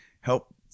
help